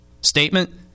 statement